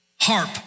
harp